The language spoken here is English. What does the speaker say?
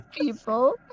people